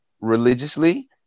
religiously